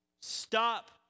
Stop